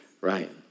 right